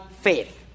faith